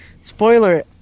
spoiler